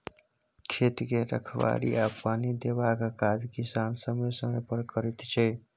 खेत के रखबाड़ी आ पानि देबाक काज किसान समय समय पर करैत छै